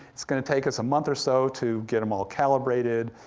it's gonna take us a month or so to get em all calibrated,